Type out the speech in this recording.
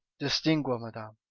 distinguo, madam.